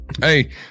Hey